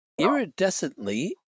iridescently